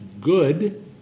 good